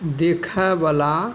देखयवला